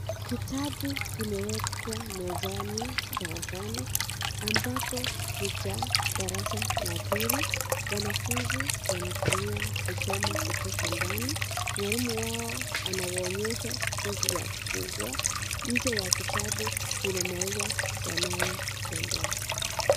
Kitabu kimewekwa mmezani darasani ambapo ni cha darasa la pili, wanafunzi wanatumia kusoma kutoka ndani mwalimu wao anawaonesha jinzi ya kufungua, nje ya kitabu kuna mau yanayopendeza.